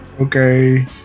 Okay